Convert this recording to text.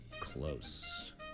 close